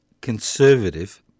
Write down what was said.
conservative